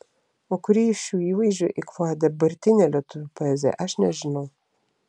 o kurį iš šių įvaizdžių eikvoja dabartinė lietuvių poezija aš nežinau